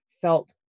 felt